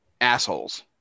assholes